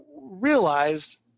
realized